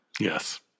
Yes